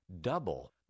double